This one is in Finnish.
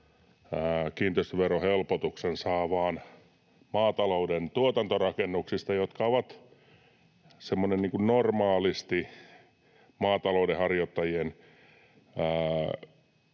kiinteistöverohelpotuksen saa vain maatalouden tuotantorakennuksista, joina normaalisti ne maatalouden harjoittajien